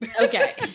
okay